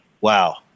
wow